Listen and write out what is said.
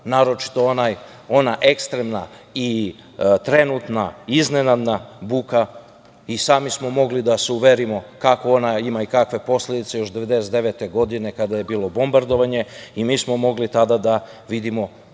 naročito ona ekstremna i trenutna, iznenadna buka, i sami smo mogli da se uverimo kakve ona ima posledice još 1999. godine kada je bilo bombardovanje, i mi smo mogli tada da vidimo